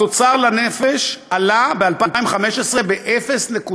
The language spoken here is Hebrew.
התוצר לנפש עלה ב-2015 ב-0.3%,